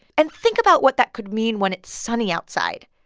and think about what that could mean when it's sunny outside.